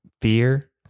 fear